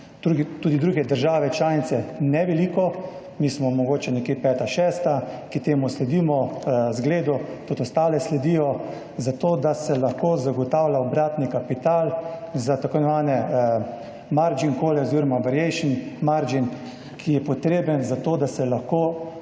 tudi druge države članice, ne veliko, mi smo mogoče nekje peta, šesta, ki temu zgledu sledimo, tudi ostale sledijo, zato da se lahko zagotavlja obratni kapital za tako imenovane margin call oziroma variation margin, ki je potreben za to, da se lahko